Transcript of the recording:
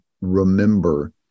remember